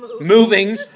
Moving